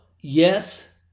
yes